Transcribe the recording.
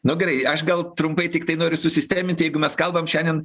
nu gerai aš gal trumpai tiktai noriu susisteminti jeigu mes kalbam šiandien